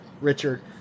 Richard